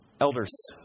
Elders